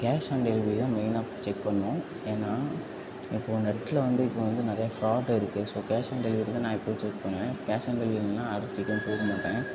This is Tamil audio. கேஷ் ஆன் டெலிவெரி தான் மெயினாக செக் பண்ணும் ஏன்னா இப்போ ஒரு இடத்துல வந்து இப்போ வந்து நிறையா ஃப்ராடு இருக்கு ஸோ கேஷ் ஆன் டெலிவெரி தான் நான் எப்போவும் சூஸ் பண்ணுவேன் கேஷ் ஆன் டெலிவரி இல்லைன்னா ஆட்ரு சீக்கிரம் போட மாட்டேன்